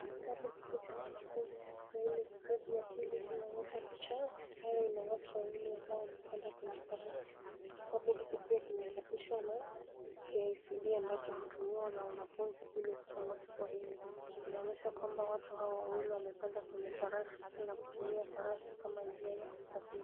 Kitabu hiki cha mwanafunzi cha Kiswahili gredi ya pili kinaonyesha picha ambayo ina watu wawili ambao wamepanda kwenye farasi. Kitabu hiki pia kimechapishwa na KICD ambacho hutumiwa na wanafunzi ili kusoma Kiswahili. Kinaonyesha kwamba watu hawa wawili wamepanda kwenye farasi na kutumia farasi kama njia ya usafiri.